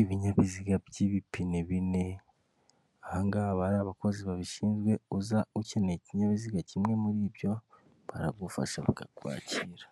ibinyabiziga by'ibipine bine aha ngahaba abakozi babishinzwe uza ukeneye ikinyabiziga kimwe muri ibyo baragufasha bakakwakira.